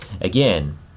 Again